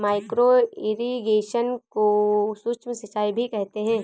micro irrigation को सूक्ष्म सिंचाई भी कहते हैं